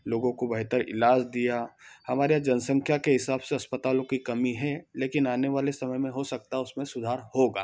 लोगों को बेहतर इलाज दिया हमारे जनसंख्या के हिसाब से अस्पतालों की कमी है लेकिन आने वाले समय में हो सकता उसमें सुधार होगा